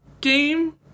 game